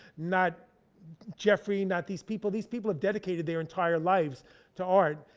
not jeffrey, not these people. these people have dedicated their entire lives to art,